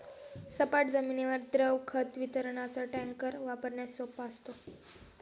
सपाट जमिनीवर द्रव खत वितरकाचा टँकर वापरण्यास सोपा असतो